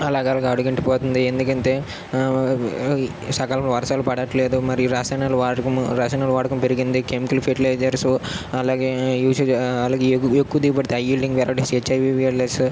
అలగలగా అడుగంటికిపోతుంది ఎందుకంటే సకాలంలో వర్షాలు పడట్లేదు మరి రసాయనాలు వాడకం రసాయనాలు వాడకం పెరిగింది కెమికల్ ఫెర్టిలైజర్సు అలాగే యూసేజ్ అలాగే ఎక్కువ దిగుబడి ఈల్డింగ్ వేరైటీస్ హెచ్ఐవి యీల్డర్సు